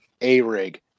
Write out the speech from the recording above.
A-rig